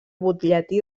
butlletí